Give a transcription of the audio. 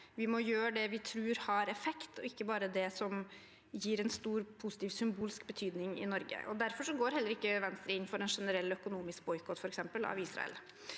vi må gjøre det vi tror har effekt, og ikke bare det som har en stor positiv symbolsk betydning i Norge. Derfor går heller ikke Venstre inn for f.eks. en generell økonomisk boikott av Israel.